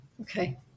Okay